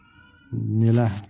मेला है